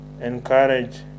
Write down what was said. encourage